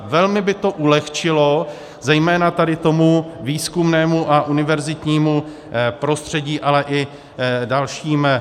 Velmi by to ulehčilo zejména tomu výzkumného a univerzitnímu prostředí, ale i dalším.